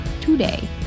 today